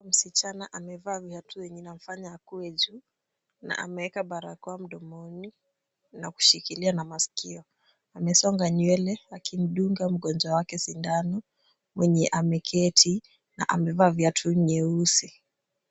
Msichana amevaa viatu zenye zinamfanya akue juu na ameeka barakoa mdomoni na kushikilia na masikio. Amesonga nywele akimdunga mgonjwa wake sindano mwenye ameketi na amevaa viatu nyeusi.